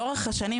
לאורך השנים,